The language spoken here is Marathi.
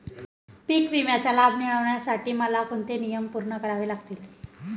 पीक विम्याचा लाभ मिळण्यासाठी मला कोणते नियम पूर्ण करावे लागतील?